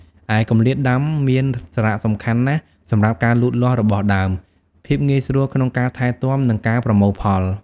ឯគម្លាតដាំមានសារៈសំខាន់ណាស់សម្រាប់ការលូតលាស់របស់ដើម ភាពងាយស្រួលក្នុងការថែទាំ និងការប្រមូលផល។